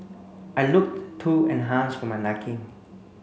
I looked too enhanced for my liking